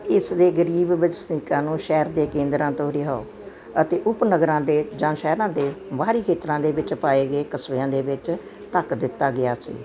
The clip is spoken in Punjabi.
ਇਸ ਦੇ ਗ਼ਰੀਬ ਵਸਨੀਕਾਂ ਨੂੰ ਸ਼ਹਿਰ ਦੇ ਕੇਂਦਰਾਂ ਤੋਂ ਰੀਓ ਦੇ ਉਪਨਗਰਾਂ ਜਾਂ ਸ਼ਹਿਰ ਦੇ ਬਾਹਰੀ ਖੇਤਰਾਂ ਵਿੱਚ ਪਾਏ ਗਏ ਕਸਬਿਆਂ ਦੇ ਵਿੱਚ ਧੱਕ ਦਿੱਤਾ ਗਿਆ ਸੀ